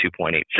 2.86